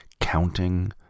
counting